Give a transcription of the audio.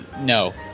no